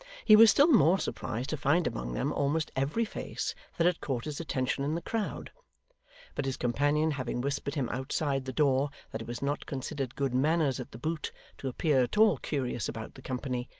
he was still more surprised to find among them almost every face that had caught his attention in the crowd but his companion having whispered him outside the door, that it was not considered good manners at the boot to appear at all curious about the company,